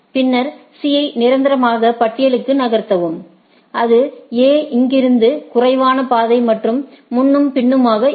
பின்னர் C ஐ நிரந்தர பட்டியலுக்கு நகர்த்தினால் அது A இலிருந்து குறைவான பாதை மற்றும் முன்னும் பின்னுமாக இருக்கும்